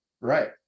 Right